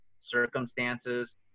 circumstances